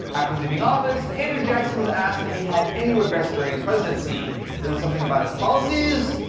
after leaving office, andrew jackson was asked if he had any regrets during his presidency. was it something about his policies?